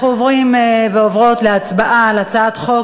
אנחנו עוברים ועוברות להצבעה על הצעת חוק